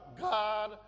God